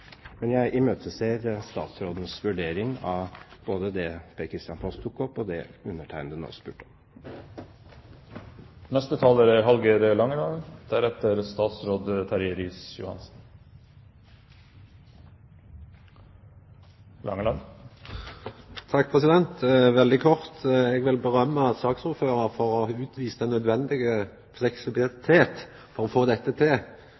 Men jeg imøteser statsrådens vurdering av både det Per-Kristian Foss tok opp, og det undertegnede nå spurte om. Veldig kort: Eg vil rosa saksordføraren for å ha utvist nødvendig fleksibilitet for å få dette til.